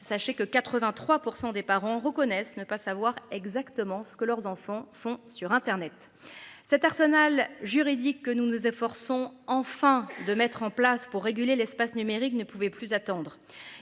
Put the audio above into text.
Sachez que 83% des parents reconnaissent ne pas savoir exactement ce que leurs enfants font sur Internet. Cet arsenal juridique que nous nous efforçons enfin de mettre en place pour réguler l'espace numérique ne pouvait plus attendre.